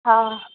हा